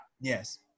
Yes